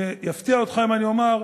אני אפתיע אותך אם אני אומר,